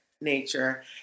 nature